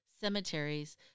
cemeteries